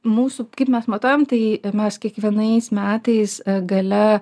mūsų kaip mes matuojam tai mes kiekvienais metais gale